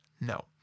No